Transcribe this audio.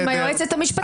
מירב, אני קורא אותך לסדר.